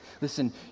Listen